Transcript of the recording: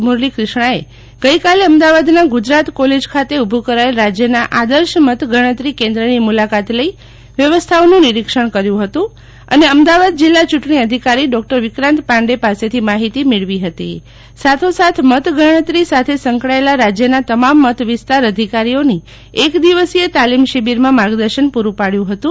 મુરલીક્રિષ્ણાએ ગઈકાલે અમદાવાદના ગુજરાત કોલેજ ખાતે ઊભું કરાયેલ રાજયના આદર્શ મતગણતરી કેન્દ્રની મુલાકાત લઈ વ્યવસ્થાઓનું નિરીક્ષણ કર્યું હતું અને અમદાવાદ જિલ્લા ચૂંટણી અધિકારી ડોક્ટર વિક્રાંત પાંડે પાસેથી માહિતી મેળવી હતી સાથો સાથ મતગણતરી સાથે સંકળાયેલા રાજયના તમામ મતવિસ્તાર અધિકારીઓની એક દિવસીય તાલીમ શિબિરમાં માર્ગદર્શન પ્રરું પાડ્યું હતું